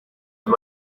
iri